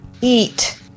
eat